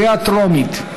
קריאה טרומית.